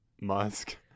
musk